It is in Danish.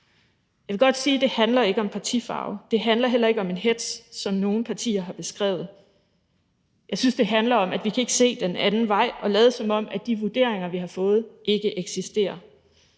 Jeg vil godt sige, at det ikke handler om partifarver. Det handler heller ikke om en hetz, som nogle partier har beskrevet det som. Jeg synes, det handler om, at vi ikke kan se den anden vej og lade, som om de vurderinger, vi har fået, ikke eksisterer.